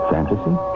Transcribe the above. Fantasy